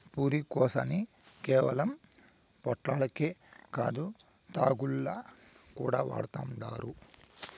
పురికొసని కేవలం పొట్లాలకే కాదు, తాళ్లుగా కూడా వాడతండారు